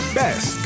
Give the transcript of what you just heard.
best